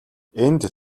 энд